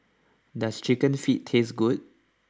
does Chicken Feet taste good